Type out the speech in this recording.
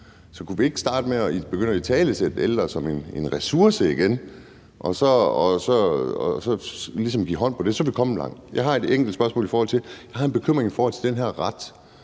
Så kunne vi ikke starte med at italesætte ældre som en ressource igen og så ligesom give hånd på det? Så er vi kommet langt. Jeg har et enkelt spørgsmål om den her ret.